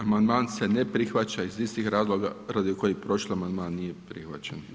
Amandman se ne prihvaća iz istih razloga radi kojih prošli amandman nije prihvaćen.